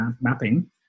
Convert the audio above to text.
mapping